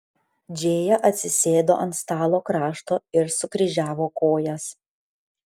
džėja atsisėdo ant stalo krašto ir sukryžiavo kojas